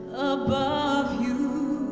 above you